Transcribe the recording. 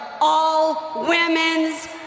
all-women's